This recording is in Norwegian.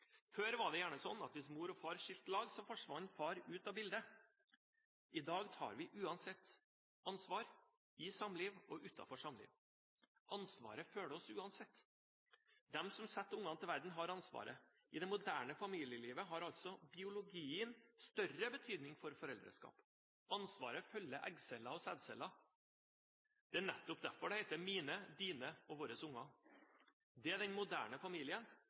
Før var det gjerne sånn at hvis mor og far skilte lag, forsvant far ut av bildet. I dag tar vi uansett ansvar, i samliv og utenfor samliv. Ansvaret følger oss uansett. De som setter unger til verden, har ansvaret. I det moderne familielivet har altså biologien større betydning for foreldreskap. Ansvaret følger eggcellen og sædcellen. Det er nettopp derfor det heter mine, dine og våre unger. Dette er den moderne familien,